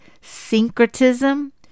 syncretism